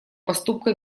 поступка